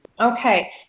Okay